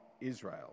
Israel